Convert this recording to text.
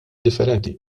differenti